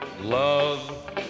Love